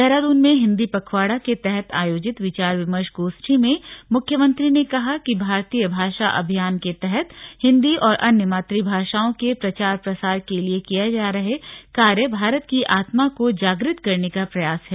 देहरादून में हिंदी पखवाड़ा के तहत आयोजित विचार विमर्श गोष्ठी में मुख्यमंत्री ने कहा कि भारतीय भाषा अभियान के तहत हिन्दी और अन्य मातृभाषाओं के प्रचार प्रसार के लिए किए जा रहे कार्य भारत की आत्मा को जागृत करने का प्रयास है